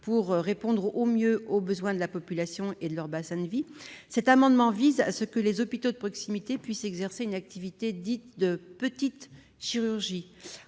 pour répondre au mieux aux besoins de la population et des bassins de vie. Cet amendement vise à ce que les hôpitaux de proximité puissent exercer une activité dite de petite chirurgie.